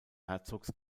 herzogs